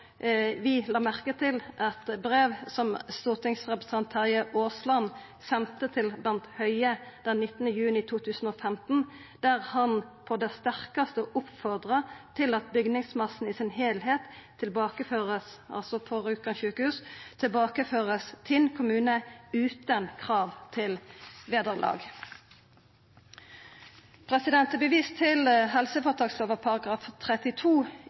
vi la merke til eit brev som stortingsrepresentant Terje Aasland sende til Bent Høie den 19. juni 2015, der han på det sterkaste oppfordra til at «bygningsmassen i sin helhet tilbakeføres Tinn kommune uten krav om vederlag» – altså bygningsmassen på Rjukan sjukehus.